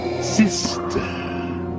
Sister